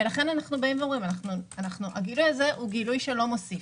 ולכן הגילוי הזה הוא גילוי שלא מוסיף.